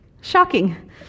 Shocking